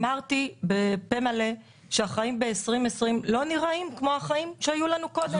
אמרתי בפה מלא שהחיים ב-2020 לא נראים כמו החיים שהיו לנו קודם.